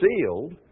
sealed